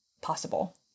possible